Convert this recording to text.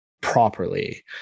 properly